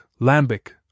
Lambic